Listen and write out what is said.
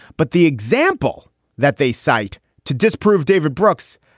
but the example that they cite to disprove david brooks,